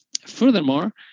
Furthermore